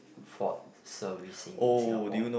Ford servicing in Singapore